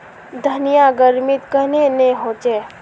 धनिया गर्मित कन्हे ने होचे?